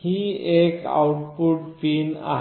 ही एक output pin आहे